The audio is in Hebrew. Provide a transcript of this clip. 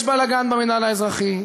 יש בלגן במינהל האזרחי,